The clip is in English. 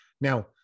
Now